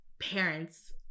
parents